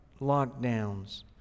lockdowns